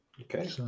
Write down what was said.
Okay